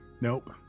Nope